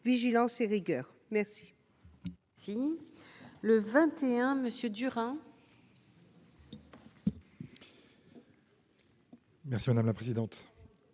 vigilance et rigueur merci.